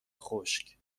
خشک